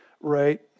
right